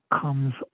comes